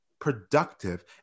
productive